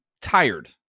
tired